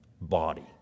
body